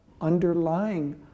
underlying